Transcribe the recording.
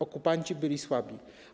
Okupanci byli słabi.